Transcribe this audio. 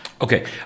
Okay